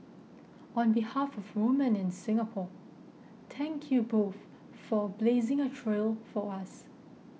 on behalf of women in Singapore thank you both for blazing a trail for us